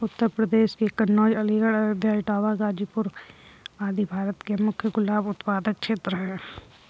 उत्तर प्रदेश के कन्नोज, अलीगढ़, अयोध्या, इटावा, गाजीपुर आदि भारत के मुख्य गुलाब उत्पादक क्षेत्र हैं